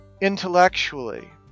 Intellectually